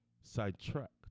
sidetracked